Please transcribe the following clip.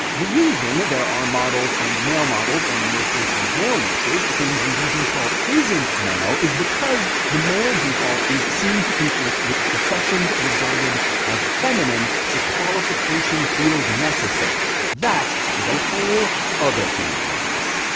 the reason there are models and male models or nurses and male nurses, things where the default isn't male, is because the male default is seen to conflict with professions regarded as feminine. so qualification feels necessary. that is a whole other can of worms.